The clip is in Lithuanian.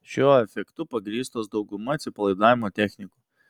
šiuo efektu pagrįstos dauguma atsipalaidavimo technikų